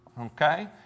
okay